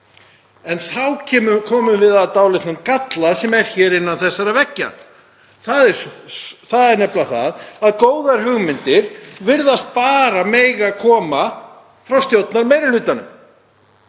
En þá komum við að dálitlum galla sem er hér innan þessara veggja. Hann er nefnilega sá að góðar hugmyndir virðast bara mega koma frá stjórnarmeirihlutanum.